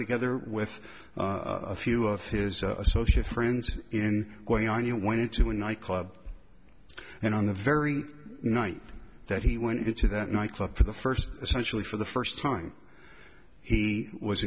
together with a few of his associates friends in going on you went to a nightclub and on the very night that he went into that nightclub for the first essentially for the first time he was